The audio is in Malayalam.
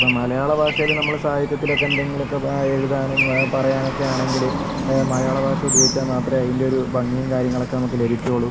ഇപ്പം മലയാള ഭാഷയില് നമ്മള് സാഹിത്യത്തിലൊക്കെ എന്തെങ്കിലും ഒക്കെ എഴുതാനും പറയാനുമൊക്കെ ആണെങ്കില് മലയാള ഭാഷ ഉപയോഗിച്ചാൽ മാത്രമെ അതിൻ്റെ ഒരു ഭംഗിയും കാര്യങ്ങളൊക്കെ നമുക്ക് ലഭിക്കുകയുള്ളു